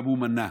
הוא גם מנע,